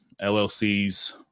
LLCs